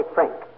Frank